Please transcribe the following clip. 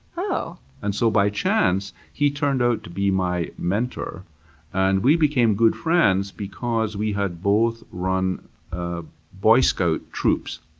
and so by chance, he turned out to be my mentor and we became good friends because we had both run ah boy scout troops.